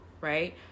right